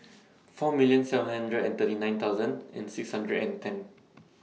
four million seven hundred and thirty nine thousand and six hundred and ten